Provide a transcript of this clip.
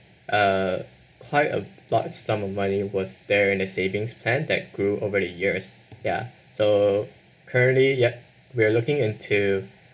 uh quite a large sum of money was there in a savings plan that grew over the years ya so currently ya we're looking into